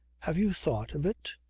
have you thought of it?